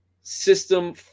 system